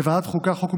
בוועדת החוקה,